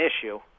issue